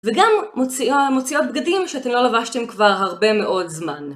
וגם מוציאות בגדים שאתם לא לבשתם כבר הרבה מאוד זמן.